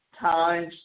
times